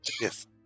yes